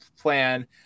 plan